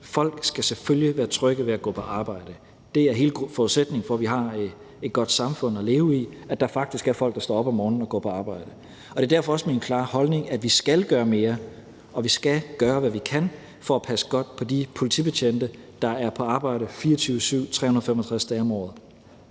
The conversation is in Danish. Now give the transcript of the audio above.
Folk skal selvfølgelig være trygge ved at gå på arbejde. Hele forudsætningen for, at vi har et godt samfund at leve i, er, at der faktisk er folk, der står op om morgenen og går på arbejde. Og det er derfor også min klare holdning, at vi skal gøre mere, og at vi skal gøre, hvad vi kan for at passe godt på de politibetjente, der er på arbejde 24-7 365 dage om året.